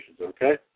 okay